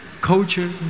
culture